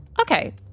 Okay